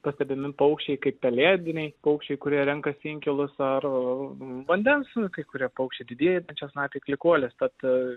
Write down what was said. pastebimi paukščiai kaip pelėdiniai paukščiai kurie renkasi inkilus ar vandens kai kurie paukščiai didieji dančiasnapiai klykuolės tad